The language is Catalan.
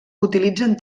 utilitzen